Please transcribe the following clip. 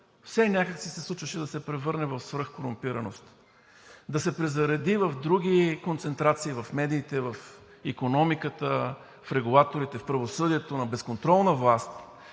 все някак си се случваше да се превърне в свръхкорумпираност, да се презареди в други концентрации: в медиите, в икономиката, в регулаторите, в правосъдието на безконтролна власт,